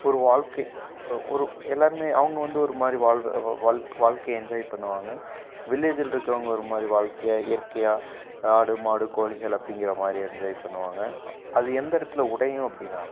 ஒரு வாழ்க்கை ஒரு எல்லோருமே அவங்க வந்து ஒருமாதிரி வாழ் வாழ் வாழ்க்கையை என்ஜாய் பண்ணுவாங்க வில்லேஜில் இருக்கிறவங்க ஒருமாதிரி வாழ்க்கையை இயற்கையாக ஆடு மாடு கோழிகள் அப்படிங்குற மாதிரி என்ஜாய் பண்ணுவாங்க அது எந்த இடத்துல உடையும் அப்படின்னா